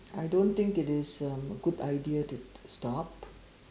I don't think it is um a good idea to stop